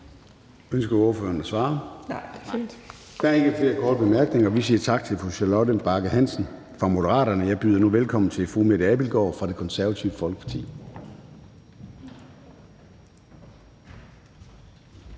Bagge Hansen (M): Nej, det er fint). Der er ikke flere korte bemærkninger. Vi siger tak til fru Charlotte Bagge Hansen fra Moderaterne. Jeg byder nu velkommen til fru Mette Abildgaard fra Det Konservative Folkeparti.